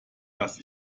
dass